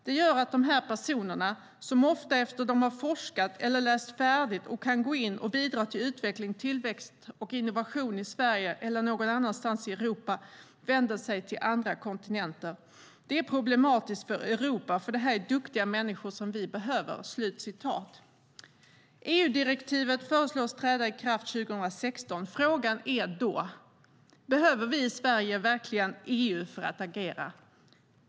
Det gör att de här personerna, som ofta, efter att de har forskat eller läst färdigt kan gå in och bidra till utveckling, tillväxt och innovation i Sverige eller någon annanstans i Europa, vänder sig till andra kontinenter. Det är problematiskt för Europa, för det här är duktiga människor som vi behöver." EU-direktivet föreslås träda i kraft 2016. Frågan är då: Behöver vi i Sverige verkligen EU för att agera?